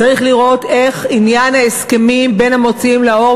צריך לראות איך עניין ההסכמים בין המוציאים לאור